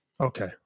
okay